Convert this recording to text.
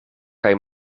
kaj